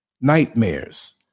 nightmares